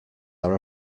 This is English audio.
are